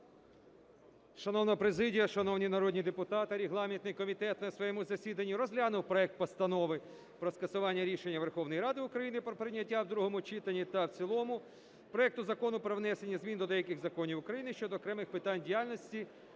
Шановна президія, шановні народні депутати! Регламентний комітет на своєму засіданні розглянув проект Постанови про скасування рішення Верховної Ради України про прийняття у другому читанні та в цілому проекту Закону "Про внесення змін до деяких законів України щодо окремих питань діяльності